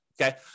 okay